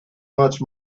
much